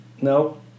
nope